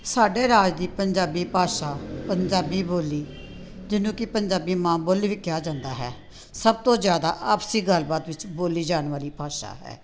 ਸਾਡੇ ਰਾਜ ਦੀ ਪੰਜਾਬੀ ਭਾਸ਼ਾ ਪੰਜਾਬੀ ਬੋਲੀ ਜਿਹਨੂੰ ਕਿ ਪੰਜਾਬੀ ਮਾਂ ਬੋਲੀ ਵੀ ਕਿਹਾ ਜਾਂਦਾ ਹੈ ਸਭ ਤੋਂ ਜ਼ਿਆਦਾ ਆਪਸੀ ਗੱਲਬਾਤ ਵਿੱਚ ਬੋਲੀ ਜਾਣ ਵਾਲੀ ਭਾਸ਼ਾ ਹੈ